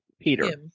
Peter